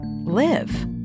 live